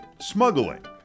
smuggling